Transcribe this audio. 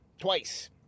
twice